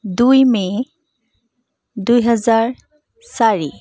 দুই মে' দুহেজাৰ চাৰি